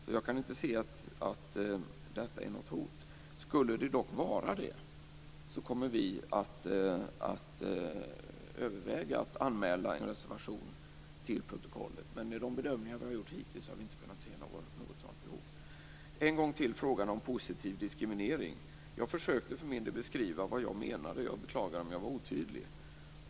Så jag kan inte se att detta är något hot. Skulle det dock vara det kommer vi att överväga att anmäla en reservation till protokollet. Men i de bedömningar vi hittills har gjort har vi inte kunnat se något sådant behov. Än en gång till frågan om positiv diskriminering. Jag försökte för min del beskriva vad jag menade, och jag beklagar om jag var otydlig.